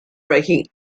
breaking